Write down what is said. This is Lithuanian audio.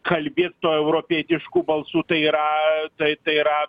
kalbėt tuo europietišku balsu tai yra tai tai yra